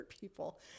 people